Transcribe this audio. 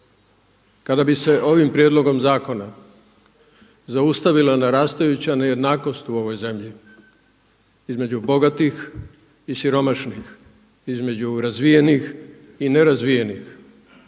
kada bi se ovim prijedlogom zakona zaustavila narastajuća nejednakost u ovoj zemlji između bogatih i siromašnih, između razvijenih i nerazvijenih,